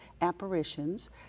apparitions